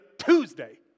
Tuesday